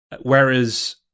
whereas